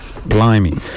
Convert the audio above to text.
Blimey